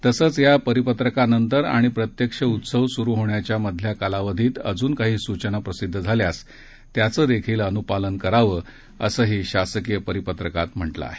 तसंच या परिपत्रकानंतर आणि प्रत्यक्ष सण सुरु होण्याच्या मधल्या कालावधीत अजून काही सूचना प्रसिध्द झाल्यास त्याचं देखील अनुपालन करावं असंही शासकीय परिपत्रकात म्हटलं आहे